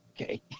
Okay